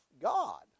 God